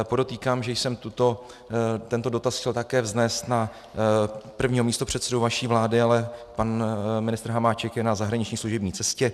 Podotýkám, že jsem tento dotaz chtěl také vznést na prvního místopředsedu vaší vlády, ale pan ministr Hamáček je na zahraniční služební cestě.